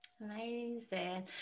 Amazing